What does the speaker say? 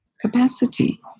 capacity